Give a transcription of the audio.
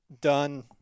done